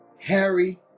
Harry